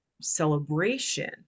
celebration